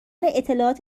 اطلاعات